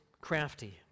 crafty